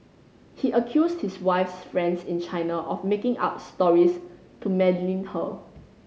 he accused his wife's friends in China of making up stories to malign her